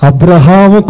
Abraham